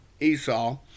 Esau